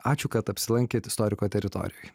ačiū kad apsilankėt istoriko teritorijoj